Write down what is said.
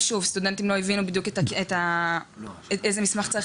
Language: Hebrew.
סטודנטים לא הבינו בדיוק איזה מסמך צריך